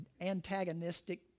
antagonistic